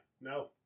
No